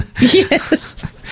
Yes